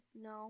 No